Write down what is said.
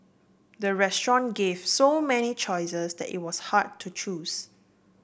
the restaurant gave so many choices that it was hard to choose